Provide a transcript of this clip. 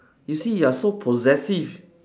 you see you are so possessive